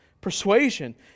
persuasion